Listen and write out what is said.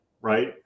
right